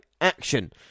action